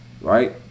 Right